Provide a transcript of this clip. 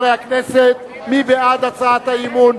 מי בעד הצעת האי-אמון,